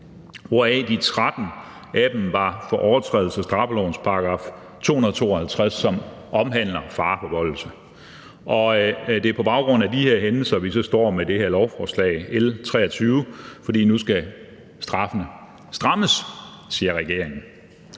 hvoraf de 13 var overtrædelser af straffelovens § 252, som omhandler fareforvoldelse. Det er på baggrund af de her hændelser, vi så står med det her lovforslag, L 23. Nu skal straffene strammes, siger regeringen.